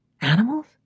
Animals